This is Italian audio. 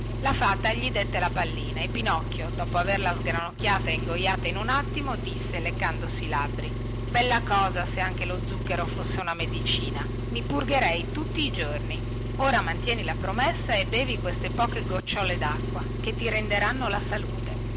la fata gli dette la pallina e pinocchio dopo averla sgranocchiata e ingoiata in un attimo disse leccandosi i labbri bella cosa se anche lo zucchero fosse una medicina i purgherei tutti i giorni ora mantieni la promessa e bevi queste poche gocciole dacqua che ti renderanno la salute